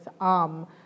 arm